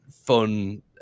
fun